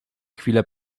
chwilę